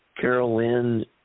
Carolyn